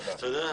תודה.